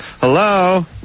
Hello